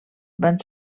van